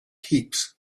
heaps